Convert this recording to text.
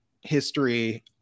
history